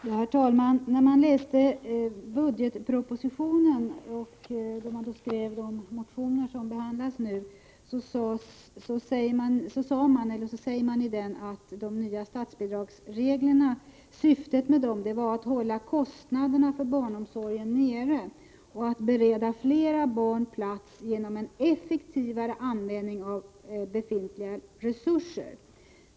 Herr talman! Det står i budgetpropositionen att syftet med de nya statsbidragsreglerna är att hålla kostnaderna för barnomsorgen nere och att bereda fler barn plats genom en effektivare användning av befintliga resurser.